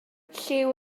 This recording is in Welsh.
lliw